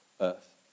earth